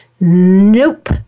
nope